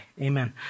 Amen